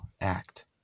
act